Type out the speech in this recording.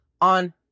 on